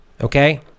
Okay